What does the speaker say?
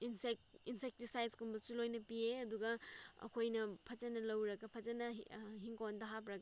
insect ꯏꯟꯁꯦꯛꯇꯤꯁꯥꯏꯠꯁꯀꯨꯝꯕꯁꯨ ꯂꯣꯏꯅ ꯄꯤꯌꯦ ꯑꯗꯨꯒ ꯑꯩꯈꯣꯏꯅ ꯐꯖꯅ ꯂꯧꯔꯒ ꯐꯖꯅ ꯏꯪꯈꯣꯜꯗ ꯍꯥꯞꯂꯒ